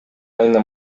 айында